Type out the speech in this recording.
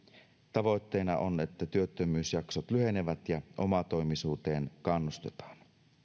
tavoitteena on että työttömyysjaksot lyhenevät ja omatoimisuuteen kannustetaan